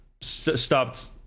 stopped